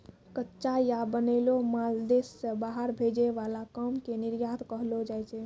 कच्चा या बनैलो माल देश से बाहर भेजे वाला काम के निर्यात कहलो जाय छै